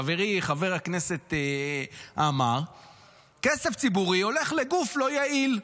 חברי חבר הכנסת עמאר הולך לגוף לא יעיל.